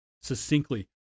succinctly